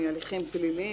מהליכים פליליים.